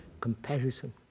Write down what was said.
comparison